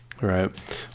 Right